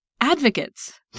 advocates